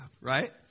right